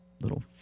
little